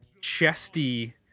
chesty